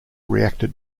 reacted